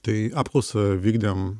tai apklausą vykdėm